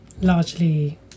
largely